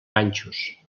ganxos